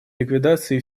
ликвидации